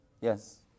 Yes